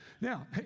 Now